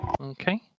Okay